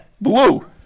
blue